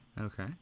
okay